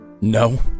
No